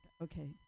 okay